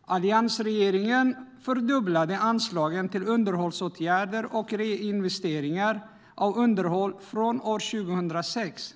Alliansregeringen fördubblade anslagen till underhållsåtgärder och reinvesteringar av underhåll från år 2006.